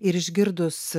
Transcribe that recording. ir išgirdus